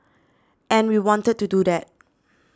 and we wanted to do that